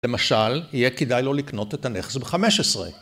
‫למשל, יהיה כדאי ‫לו לקנות את הנכס ב-15.